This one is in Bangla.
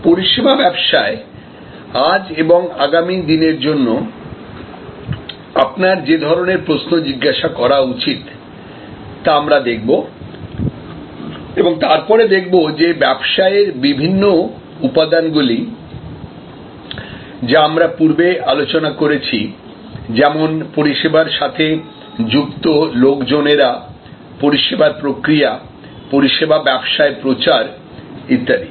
পরিষেবা ব্যবসায় আজ এবং আগামী দিনের জন্য আপনার যে ধরণের প্রশ্ন জিজ্ঞাসা করা উচিত তা আমরা দেখব এবং তারপরে দেখব যে ব্যবসায়ের বিভিন্ন উপাদানগুলি যা আমরা পূর্বে আলোচনা করেছি যেমন পরিষেবার সাথে যুক্ত লোকজনেরা পরিষেবার প্রক্রিয়া পরিষেবা ব্যবসায় প্রচার ইত্যাদি